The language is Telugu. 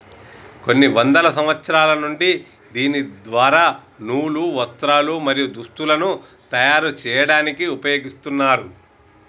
కొన్ని వందల సంవత్సరాల నుండి దీని ద్వార నూలు, వస్త్రాలు, మరియు దుస్తులను తయరు చేయాడానికి ఉపయోగిస్తున్నారు